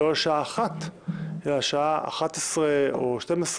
לא לשעה 13 אלא לשעה 11 או 12,